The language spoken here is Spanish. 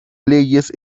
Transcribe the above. leyes